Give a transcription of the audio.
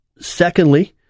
Secondly